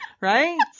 right